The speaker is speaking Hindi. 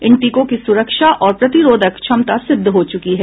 इन टीकों की सुरक्षा और प्रतिरोधक क्षमता सिद्ध हो चुकी है